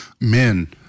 Men